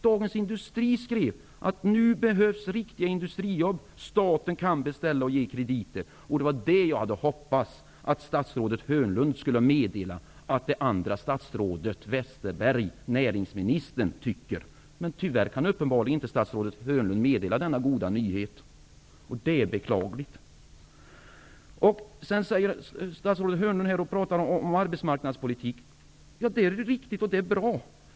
Dagens Industri skrev att nu behövs det riktiga industrijobb. Staten kan beställa och ge krediter. Det var det jag hade hoppats att statsrådet Hörnlund skulle meddela att det andra statsrådet, näringminister Westerberg, tycker. Men statsrådet Hörnlund kan uppenbarligen inte meddela denna goda nyhet. Det är beklagligt. Sedan talar statsrådet Hörnlund om arbetsmarknadspolitik, och det är riktigt och bra.